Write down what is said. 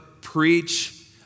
preach